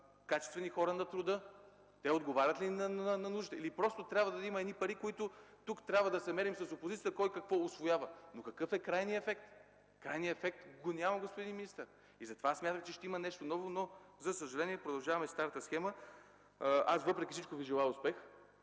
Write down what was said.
качествени хора на труда? Те отговарят ли на нуждите или просто има едни пари и тук трябва да се мерим с опозицията кой какво усвоява? Но какъв е крайният ефект? Крайният ефект го няма, господин министър. Точно затова аз смятах, че ще има нещо ново, но, за съжаление, продължаваме старата схема. Аз въпреки всичко Ви желая успех,